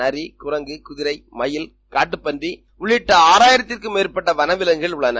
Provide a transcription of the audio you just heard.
நடிகுரங்கு குதிரை மயில் காட்டுப்பன்றி உள்ளிட்ட ஆறாபிரத்துக்கும் மேற்பட்ட வனவிவங்குகள் உள்ளன